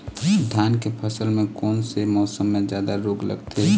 धान के फसल मे कोन से मौसम मे जादा रोग लगथे?